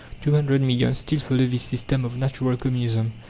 two hundred millions still follow this system of natural communism.